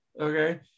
Okay